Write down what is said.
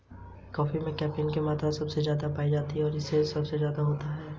कवक की उत्पत्ति शैवाल में पर्णहरित की हानि होने से हुई है